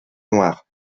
noire